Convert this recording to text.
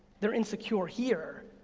they're insecure here.